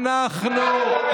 על מה אתה מדבר?